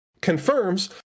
confirms